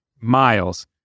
miles